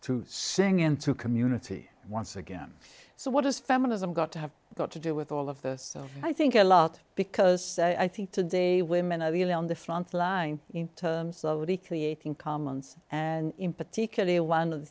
to sing into community once again so what does feminism got to have got to do with all of this i think a lot because i think today women are really on the front line in terms of already creating commons and in particular one of the